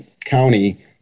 county